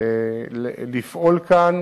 לפעול כאן